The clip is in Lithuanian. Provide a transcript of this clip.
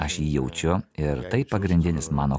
aš jį jaučiu ir tai pagrindinis mano